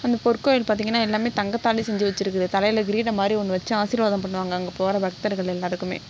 அந்த பொற்கோவில் பார்த்திங்கனா எல்லாமே தங்கத்தாலே செஞ்சு வச்சிருக்கிது தலையில் கிரீடம் மாதிரி ஒன்று வச்சு ஆசீர்வாதம் பண்ணுவாங்க அங்கே போகிற பக்தர்கள் எல்லாருக்குமே